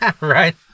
Right